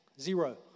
zero